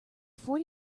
forty